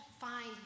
find